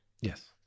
Yes